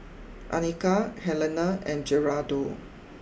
Anika Helena and Geraldo